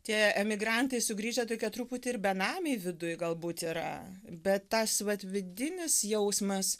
tie emigrantai sugrįžę tokie truputį ir benamiai viduj galbūt yra bet tas vat vidinis jausmas